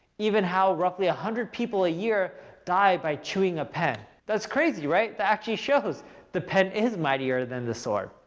even how roughly one ah hundred people a year die by chewing a pen. that's crazy right? that actually shows the pen is mightier than the sword.